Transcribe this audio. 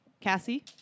Cassie